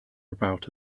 about